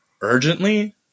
urgently